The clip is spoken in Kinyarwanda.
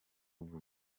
vuba